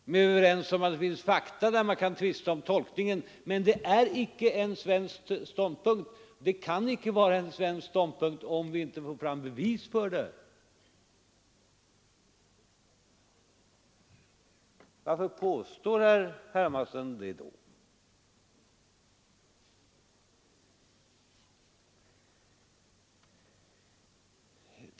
Vi är överens om att det SS finns fakta, vars tolkning man kan tvista om, men detta är inte en svensk ståndpunkt. Det kan icke vara en svensk ståndpunkt, om vi inte får fram bevis för att sådant skett. Varför påstår då herr Hermansson detta?